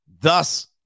Thus